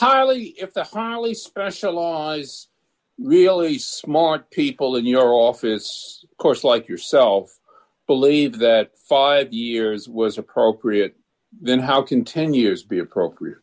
harley if the highly specialized really smart people in your office course like yourself believe that five years was appropriate then how can ten years be appropriate